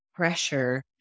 pressure